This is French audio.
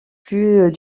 plus